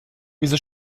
wieso